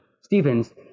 Stevens